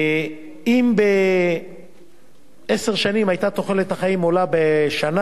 אם בעשר שנים היתה תוחלת החיים עולה בשנה,